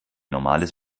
normales